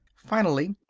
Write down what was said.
finally,